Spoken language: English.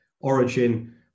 Origin